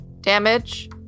damage